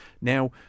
Now